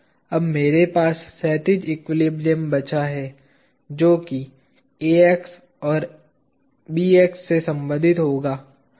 अब मेरे पास क्षैतिज एक्विलिब्रियम बचा है जो कि Ax और Bx से संबंधित होगा